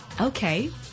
Okay